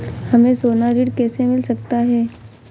हमें सोना ऋण कैसे मिल सकता है?